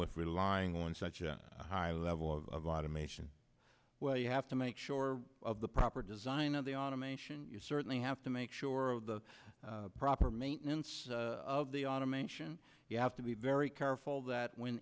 with relying on such a high level of law to mention well you have to make sure of the proper design of the automation you certainly have to make sure of the proper maintenance of the automation you have to be very careful that w